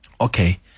Okay